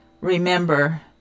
remember